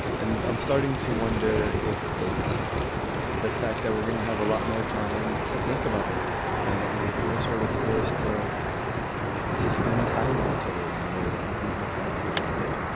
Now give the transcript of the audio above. and i'm starting to wonder if it's the fact that we're going to have a lot more time to think about these things. now that we're we're sort of forced to to spend time with each other in a way that we've never had to before